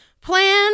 plan